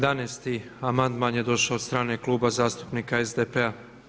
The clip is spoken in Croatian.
11. amandman je došao od strane Kluba zastupnika SDP-a.